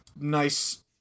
nice